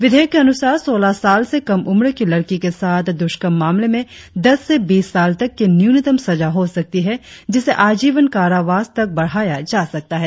विधेयक के अनुसार सोलह साल से कम उम्र की लड़की के साथ दुष्कर्म मामले में दस से बीस साल तक की न्यूनतम सजा हो सकती है जिसे आजीवन कारावास तक बढ़ाया जा सकता है